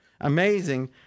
Amazing